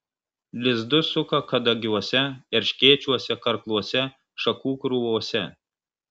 lizdus suka kadagiuose erškėčiuose karkluose šakų krūvose